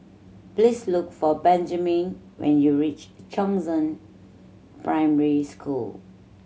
please look for Benjiman when you reach Chongzheng Primary School